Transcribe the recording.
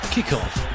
Kickoff